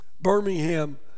Birmingham